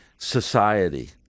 society